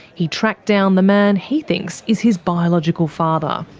he tracked down the man he thinks is his biological father.